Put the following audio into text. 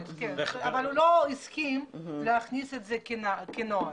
הוא לא הסכים להכניס את זה כנוהל.